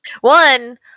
One